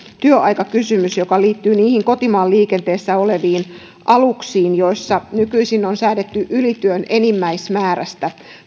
työaikakysymys joka liittyy niihin kotimaan liikenteessä oleviin aluksiin joissa nykyisin on säädetty ylityön enimmäismäärästä